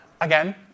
again